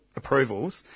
approvals